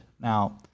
Now